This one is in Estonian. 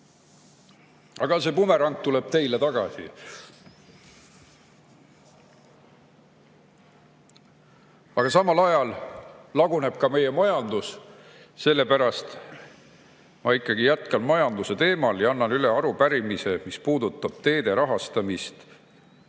Aga see bumerang tuleb teile tagasi. Samal ajal laguneb ka meie majandus, sellepärast ma ikkagi jätkan majanduse teemal ja annan üle arupärimise, mis puudutab teede rahastamist,